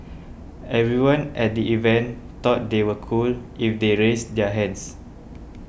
everyone at the event thought they were cool if they raised their hands